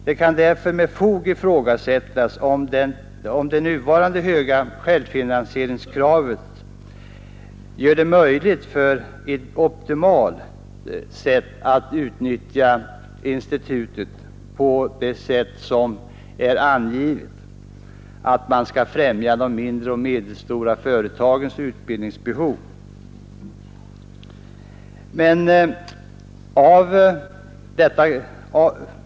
Det kan därför med fog ifrågasättas om det nuvarande höga självfinansieringskravet gör det möjligt att optimalt utnyttja institutet i syfte att tillgodose de mindre och medelstora företagens utbildningsbehov.